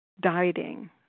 Dieting